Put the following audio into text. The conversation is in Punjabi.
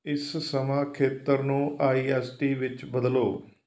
ਇਸ ਸਮਾਂ ਖੇਤਰ ਨੂੰ ਆਈ ਐਸ ਟੀ ਵਿੱਚ ਬਦਲੋ